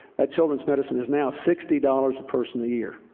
that children's medicine is now sixty dollars a person a year.